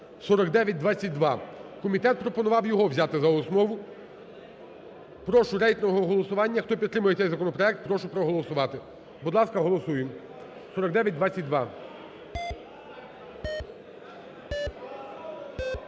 (4922). Комітет пропонував його взяти за основу. Прошу, рейтингове голосування. Хто підтримує цей законопроект, прошу проголосувати. Будь ласка, голосуємо, 4922.